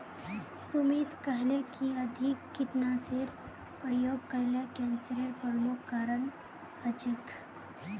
सुमित कहले कि अधिक कीटनाशेर प्रयोग करले कैंसरेर प्रमुख कारण हछेक